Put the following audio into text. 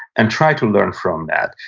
and try to learn from that.